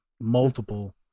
multiple